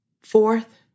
Fourth